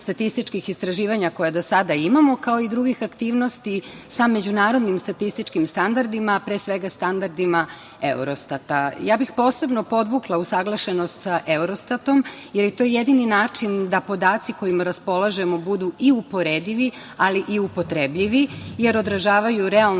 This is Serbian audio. statističkih istraživanja koje do sada imamo, kao i drugih aktivnosti sa međunarodnim statističkim standardima, a pre svega standardima Eurostata. Ja bih posebno podvukla usaglašenost sa Eurostatom, jer je to jedini način da podaci kojima raspolažemo budu i uporedivi, ali i upotrebljivi, jer održavaju realno